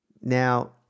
Now